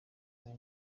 uwo